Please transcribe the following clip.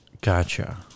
Gotcha